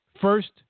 First